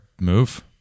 move